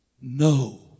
No